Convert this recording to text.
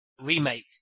Remake